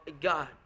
God